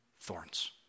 thorns